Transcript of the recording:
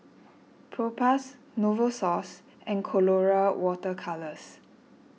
Propass Novosource and Colora Water Colours